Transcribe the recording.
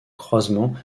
croisement